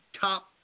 top